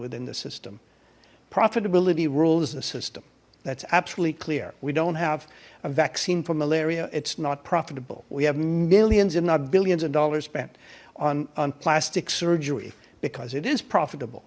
within the system profitability rules the system that's absolutely clear we don't have a vaccine for malaria it's not profitable we have millions if not billions of dollars spent on on plastic surgery because it is profitable